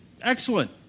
excellent